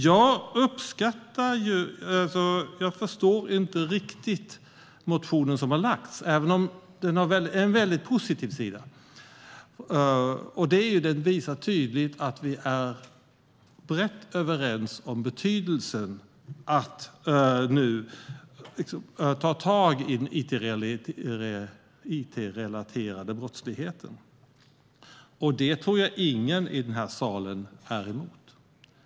Jag förstår inte riktigt den motion som har väckts även om den har en positiv sida, nämligen att den tydligt visar att vi är brett överens om betydelsen av att ta tag i den it-relaterade brottsligheten. Det tror jag inte någon i salen är emot.